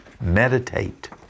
meditate